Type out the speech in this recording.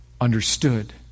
understood